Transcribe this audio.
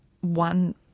one